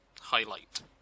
highlight